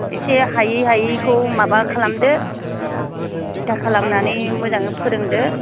एसे हायै हायैखौ माबा खालामदो दिथा खालामनानै मोजाङै फोरोंदो